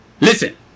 listen